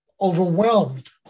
overwhelmed